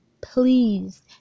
Please